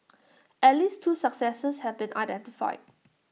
at least two successors have been identified